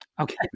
Okay